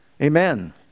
amen